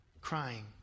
crying